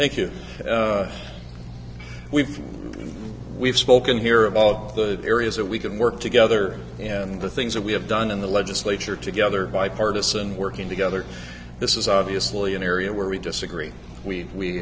you we've we've spoken here of all of the areas that we can work together and the things that we have done in the legislature together bipartisan working together this is obviously an area where we disagree we